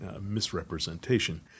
misrepresentation